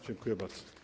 Dziękuję bardzo.